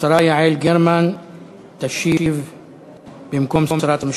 השרה יעל גרמן תשיב במקום שרת המשפטים.